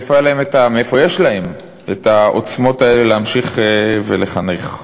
מאיפה יש להם העוצמות האלה להמשיך ולחנך,